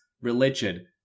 religion